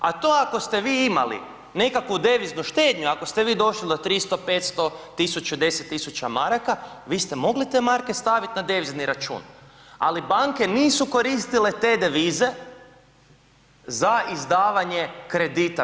A to ako ste vi imali nekakvu deviznu štednju, ako ste vi došli do 300, 500, 1000, 10.000,00 maraka, vi ste mogli te marke stavit na devizni račun, ali banke nisu koristile te devize za izdavanje kredita.